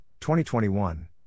2021